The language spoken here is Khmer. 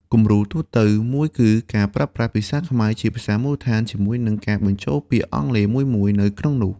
គំរូទូទៅមួយគឺការប្រើភាសាខ្មែរជាភាសាមូលដ្ឋានជាមួយនឹងការបញ្ចូលពាក្យអង់គ្លេសមួយៗនៅក្នុងនោះ។